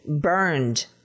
burned